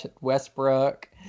westbrook